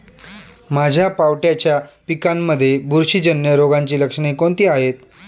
माझ्या पावट्याच्या पिकांमध्ये बुरशीजन्य रोगाची लक्षणे कोणती आहेत?